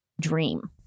dream